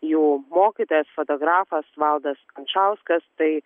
jų mokytojas fotografas valdas kančauskas tai